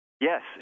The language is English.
Yes